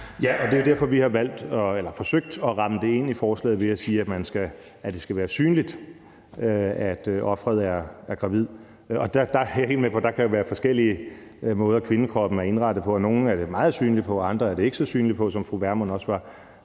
Ja, og det er jo derfor, vi har forsøgt at ramme det ind i forslaget ved at sige, at det skal være synligt, at offeret er gravid. Og jeg er helt med på, at der kan være forskellige måder, kvindekroppen er indrettet på. Nogle er det meget synligt på, og andre er det ikke så synligt på, som fru Pernille Vermund også var